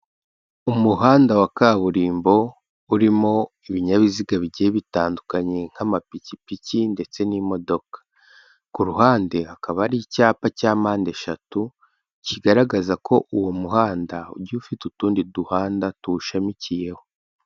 Umuhanda wa kaburimbo urimo ibinyabiziga bigiye bitandukanye, nk'amapikipiki ndetse n'imodoka. Ku ruhande hakaba ari icyapa cya mpandeshatu, kigaragaza ko uwo muhanda ujya ufite utundi duhanda tuwushamikiyeho.